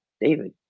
David